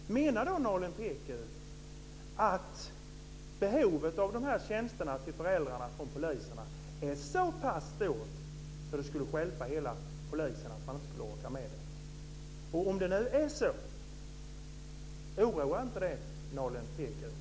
Jag utgår från att Nalin Pekgul står bakom utskottsmajoritetens text. Menar då Nalin Pekgul att föräldrarnas behov av de här tjänsterna från polisen är så pass stort att det skulle stjälpa hela polisen och att man inte skulle orka med det? Om det nu är så undrar jag om det inte oroar Nalin Pekgul.